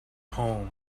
home